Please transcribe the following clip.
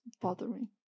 bothering